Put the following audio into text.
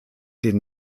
den